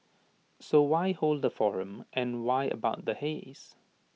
so why hold A forum and why about the haze